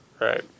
Right